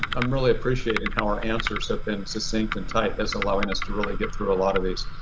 i'm really appreciating in how our answers have been succinct and typed this allowing us to really get through a lot of these.